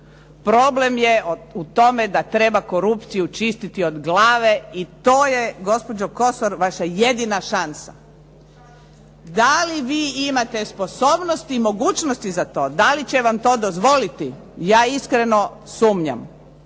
Problem je u tome da treba korupciju čistiti od glave i to je gospođo Kosor vaša jedina šansa. Da li vi imate sposobnosti i mogućnosti za to? Da li će vam to dozvoliti? Ja iskreno sumnjam.